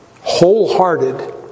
wholehearted